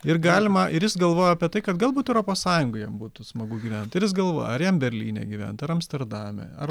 ir galima ir jis galvoja apie tai kad galbūt europos sąjungoj jam būtų smagu gyventi ir jis galvoja ar jam berlyne gyvent ar amsterdame ar